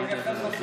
כי אני אחרי זה,